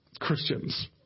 Christians